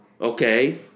okay